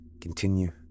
continue